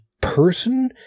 person